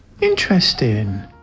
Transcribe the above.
Interesting